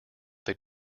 they